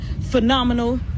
phenomenal